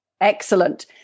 Excellent